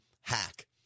hack